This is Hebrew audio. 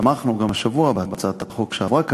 תמכנו גם השבוע בהצעת החוק שעברה כאן,